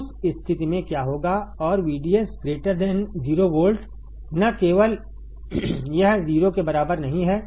उस स्थिति में क्या होगा और VDS 0 वोल्ट न केवल यह 0 के बराबर नहीं है